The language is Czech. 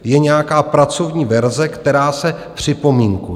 Je nějaká pracovní verze, která se připomínkuje.